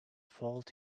fault